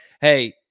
Hey